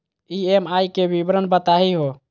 EMI के विवरण बताही हो?